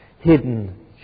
hidden